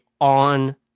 on